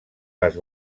les